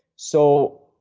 so,